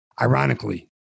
Ironically